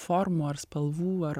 formų ar spalvų ar